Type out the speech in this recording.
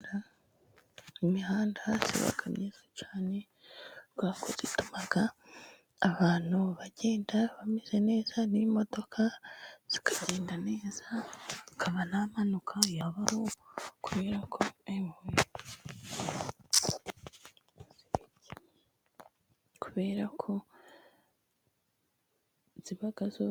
Imihanda iba myiza cyane kubera ko ituma abantu bagenda bameze neza, n'imodoka zikagenda neza, hakaba nta mpanuka yabaho, kubera ko, kubera ko ziba zose.